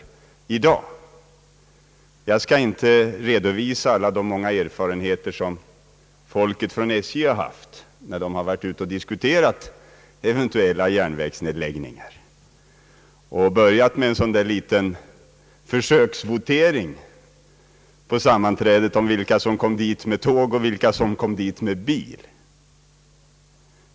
Jag skall inte redovisa alla de många erfarenheter som personal från SJ har gjort, när den varit ute för att diskutera eventuella järnvägsnedläggningar och börjat med en sådan där liten försöksvotering på sammanträdet om vilka som kom dit med tåg och vilka som kom dit med bil.